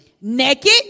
Naked